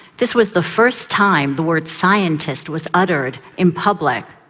this was the first time the word scientist was uttered in public.